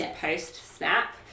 post-SNAP